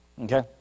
Okay